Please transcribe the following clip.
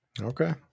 Okay